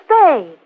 Spade